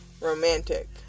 romantic